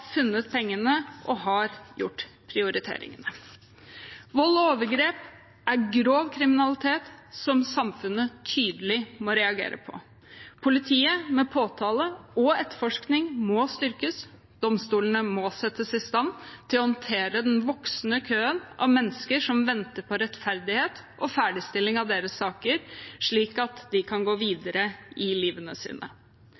funnet pengene og har gjort prioriteringene. Vold og overgrep er grov kriminalitet som samfunnet tydelig må reagere på. Politiet med påtale og etterforskning må styrkes, og domstolene må settes i stand til å håndtere den voksende køen av mennesker som venter på rettferdighet og ferdigstilling av sine saker, slik at de kan gå